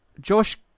josh